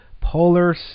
Polar